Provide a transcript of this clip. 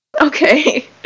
Okay